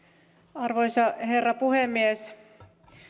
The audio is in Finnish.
arvoisa herra puhemies